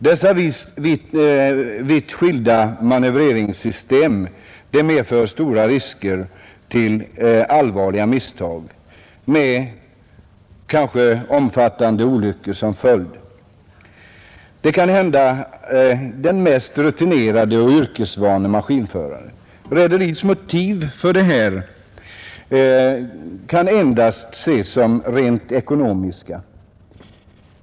Dessa stora olikheter i manövreringssystemen medför stora risker för allvarliga misstag med kanske omfattande olyckor som följd. De kan hända den mest rutinerade och yrkesvane maskinförare. Rederiets motiv för detta kan endast ses som rent ekonomiska.